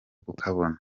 kukabona